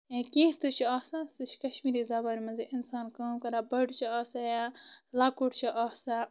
یا کینٛہہ تہِ چھُ آسان سُہ چھِ کشمیٖری زبانہِ منٛزٕے اِنسان کٲم کران بٔڑ چھِ آسان یا لۄکُٹ چھُ آسان